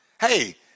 hey